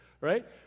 right